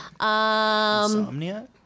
Insomnia